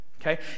Okay